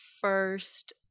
first